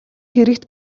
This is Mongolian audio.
хэрэгт